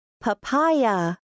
Papaya